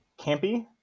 campy